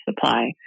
supply